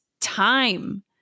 time